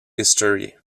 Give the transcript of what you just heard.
history